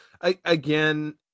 again